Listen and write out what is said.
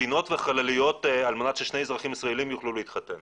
ספינות וחלליות על מנת ששני אזרחים ישראלים יוכלו להתחתן.